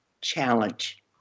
challenge